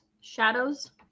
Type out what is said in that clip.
Shadows